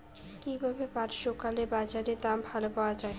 কীভাবে পাট শুকোলে বাজারে ভালো দাম পাওয়া য়ায়?